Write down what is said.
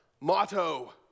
motto